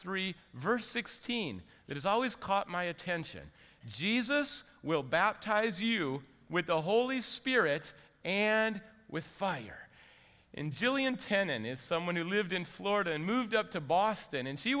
three verse sixteen it is always caught my attention jesus will baptize you with the holy spirit and with fire in julian ten and is someone who lived in florida and moved up to boston and she